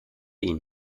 ihnen